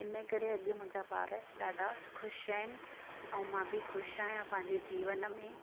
इन जे करे अॼु मुंहिंजा ॿार ॾाढा ख़ुश आहिनि ऐं मां बि ख़ुश आहियां पंहिंजे जीवन में